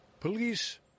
Police